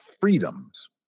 freedoms